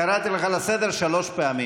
קראתי אותך לסדר שלוש פעמים.